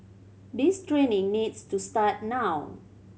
this training needs to start now